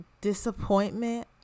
disappointment